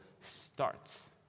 starts